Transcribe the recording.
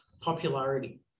popularity